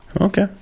Okay